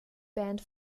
band